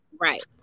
Right